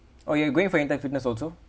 oh you're going for anytime fitness also